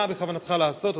מה בכוונתך לעשות?